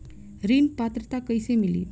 ऋण पात्रता कइसे मिली?